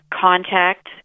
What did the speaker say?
contact